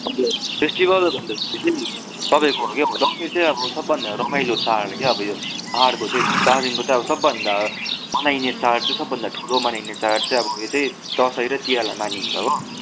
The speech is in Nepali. अब फेस्टि बला भन्दाखेरि तपाईँको है दशैँ चाहिँ अब सबभन्दा रमाइलो चाँड क्या अब यो पहाडको चाहिँ दार्जिलिङको चाहिँ सबभन्दा मनाइने चाँड चैँ सबभन्दा ठुलो मनाइने चाँड चाहिँ अब यो चाहिँ दसैँ र तिहारलाई मानिन्छ हो